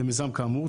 למיזם כאמור,